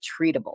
treatable